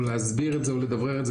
או להסביר את זה או לדברר את זה,